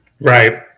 Right